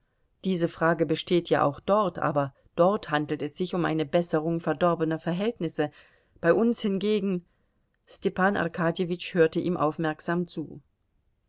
diese frage besteht ja auch dort aber dort handelt es sich um eine besserung verdorbener verhältnisse bei uns hingegen stepan arkadjewitsch hörte ihm aufmerksam zu